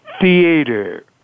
theater